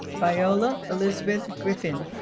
viola elisabeth griffin